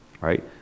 right